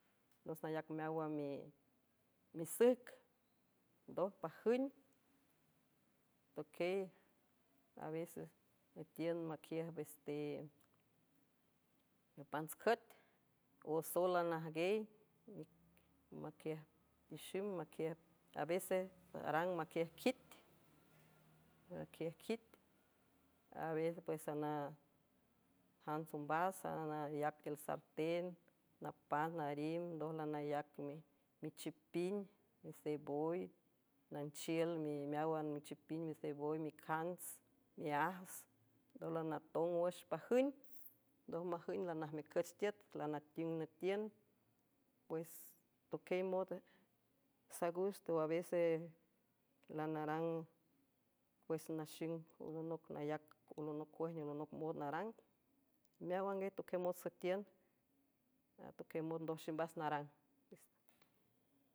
Dos nayac meáwan misüjc ndoj pajüng uieyee nütiün quij apantscüet osowlanajngey imquiej ixim iavee arang iiquiejquit aepues sanajants ombas sanayac tiül sartén napants narim ndojlanayac michipin misey boy nanchiül imeáwan michipin misey boy micants miajts ndoj lanatong wüx pajün ndoj majüng lanajmecüch tiüt lanatiüng nütiün pues tuquiey mot sagusteo avexe lanarang cuesnaxin noc nayac olonoc cuejnealonoc mod narang meáw an gay toquiemot süetiün a toquiey mot ndoj ximbas narang.